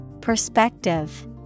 Perspective